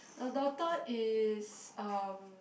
a daughter is uh